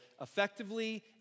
effectively